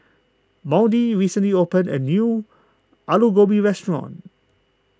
Maudie recently opened a new Alu Gobi restaurant